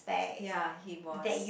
ya he was